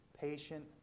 Patient